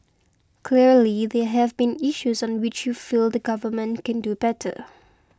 clearly there have been issues on which you feel the Government can do better